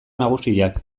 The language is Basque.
nagusiak